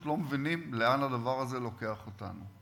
לא מבינים לאן הדבר הזה לוקח אותנו.